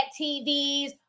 tvs